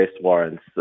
warrants